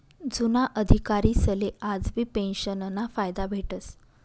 जुना अधिकारीसले आजबी पेंशनना फायदा भेटस